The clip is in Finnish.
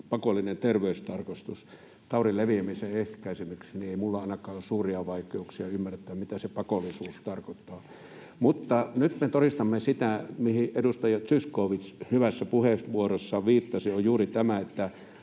pakollista terveystarkastusta taudin leviämisen ehkäisemiseksi, niin ei minulla ainakaan ole suuria vaikeuksia ymmärtää, mitä se pakollisuus tarkoittaa. Mutta nyt me todistamme sitä, mihin edustaja Zyskowicz hyvässä puheenvuorossaan viittasi. Se on juuri tämä, että